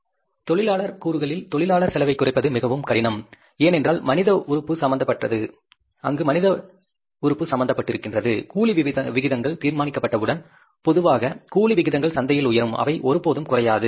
தொழிலாளர் கூறுகளில் தொழிலாளர் செலவைக் குறைப்பது மிகவும் கடினம் ஏனென்றால் அங்கு மனித உறுப்பு சம்பந்தப்பட்டிருக்கிறது கூலி விகிதங்கள் தீர்மானிக்கப்பட்டவுடன் பொதுவாக கூலி விகிதங்கள் சந்தையில் உயரும் அவை ஒருபோதும் குறையாது இல்லையா